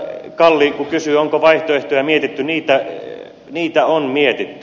kalli kysyi onko vaihtoehtoja mietitty niitä on mietitty